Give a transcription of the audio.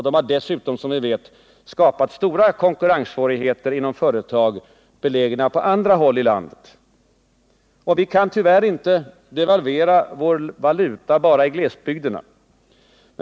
De har som vi vet dessutom skapat konkurrenssvårigheter inom företag belägna på andra håll i landet. Vi kan tyvärr inte devalvera vår valuta bara i glesbygderna.